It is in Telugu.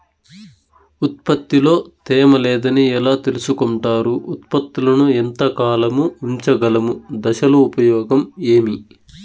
ఉత్పత్తి లో తేమ లేదని ఎలా తెలుసుకొంటారు ఉత్పత్తులను ఎంత కాలము ఉంచగలము దశలు ఉపయోగం ఏమి?